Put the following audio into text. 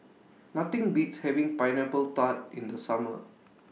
Nothing Beats having Pineapple Tart in The Summer